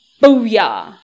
Booyah